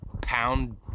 pound